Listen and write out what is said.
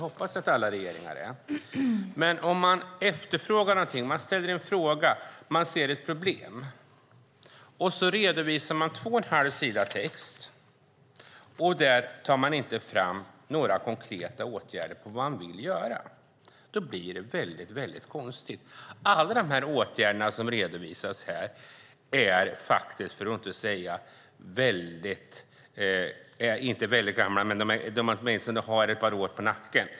Men när vi ser ett problem och efterfrågar något och ministern redovisar två och en halv sida text utan några konkreta åtgärder som hon vill vidta blir det konstigt. Alla de åtgärder som redovisas har åtminstone ett par år på nacken.